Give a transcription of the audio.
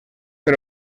per